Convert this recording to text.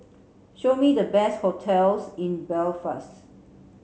show me the best hotels in Belfast